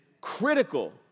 critical